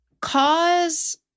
cause